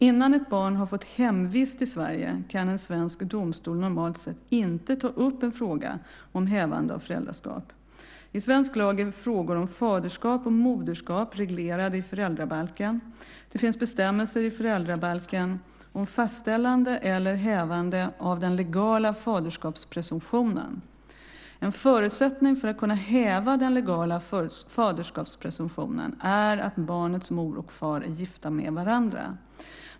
Innan ett barn har fått hemvist i Sverige kan en svensk domstol normalt sett inte ta upp en fråga om hävande av föräldraskap. I svensk lag är frågor om faderskap och moderskap reglerade i föräldrabalken. Det finns bestämmelser i föräldrabalken om fastställande eller hävande av den legala faderskapspresumtionen. En förutsättning för att kunna häva den legala faderskapspresumtionen är att barnets mor och far är gifta med varandra.